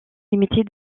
limitée